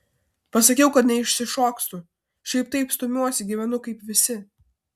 pasakiau kad neišsišokstu šiaip taip stumiuosi gyvenu kaip visi